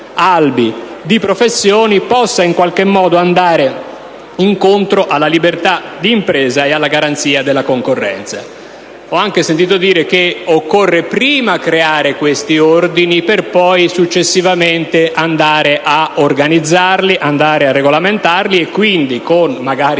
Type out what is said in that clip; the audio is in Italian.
albi professionali possano in qualche modo andare incontro alla libertà d'impresa e alla garanzia della concorrenza. Ho anche sentito dire che occorre prima creare questi ordini per poi successivamente organizzarli e regolamentarli e quindi, magari